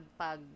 -pag